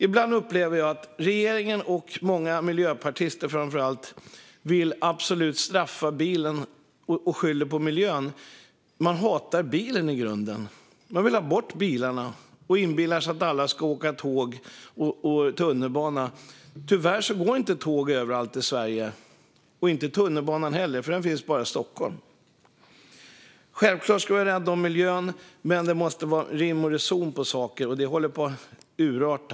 Ibland upplever jag att regeringen och framför allt många miljöpartister absolut vill straffa bilen och skyller på miljön. De hatar i grunden bilen. De vill ha bort bilarna och inbillar sig att alla ska åka tåg och tunnelbana. Tyvärr går det inte tåg överallt i Sverige. Det finns inte heller tunnelbana överallt - den finns bara i Stockholm. Självklart ska vi vara rädda om miljön, men det måste finnas rim och reson. Detta håller på att urarta.